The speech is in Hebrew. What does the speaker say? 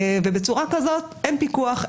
ובצורה כזאת אין פיקוח,